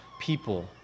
people